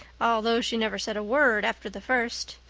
although she never said a word after the first.